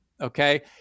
okay